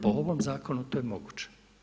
Po ovom zakonu to je moguće.